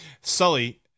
Sully